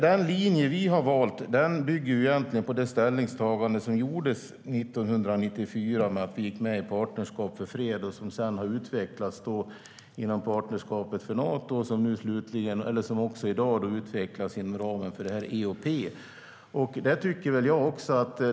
Den linje som vi har valt bygger på det ställningstagande som gjordes 1994 i och med att vi gick med i Partnerskap för fred, vilket senare utvecklades till Partnerskapet för Nato och som i dag utvecklas inom ramen för EOP.